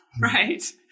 Right